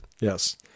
Yes